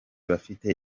bafite